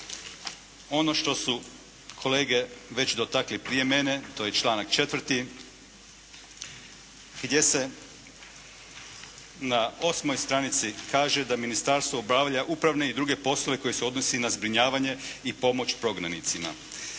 ono što su kolege već dotakli prije mene, to je članak 4. gdje se na osmoj stranici kaže da ministarstvo obavlja upravne i druge poslove koji se odnose na zbrinjavanje i pomoć prognanicima.